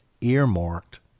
earmarked